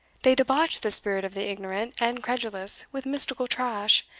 they debauch the spirit of the ignorant and credulous with mystical trash,